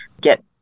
get